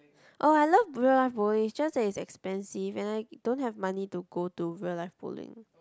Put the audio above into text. orh I love real live bowling is just that is expensive and I don't have money to go to real live bowling